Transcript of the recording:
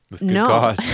no